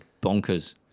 bonkers